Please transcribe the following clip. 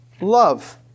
Love